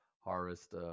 harvest